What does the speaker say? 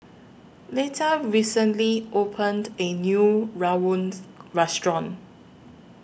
Leta recently opened A New Rawon Restaurant